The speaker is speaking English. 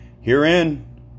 Herein